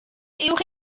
uwch